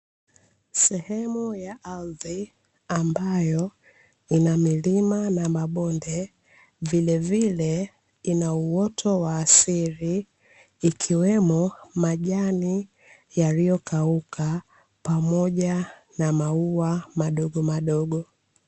Sehemu ya ardhi ambayo ina milima na mabonde vilevile ina uoto wa asili ikiwemo majani yaliyokauka pamoja na maua madogo madogo.